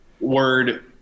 word